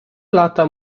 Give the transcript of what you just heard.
lata